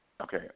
Okay